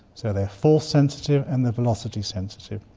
so they're force sensitive and they're velocity sensitive.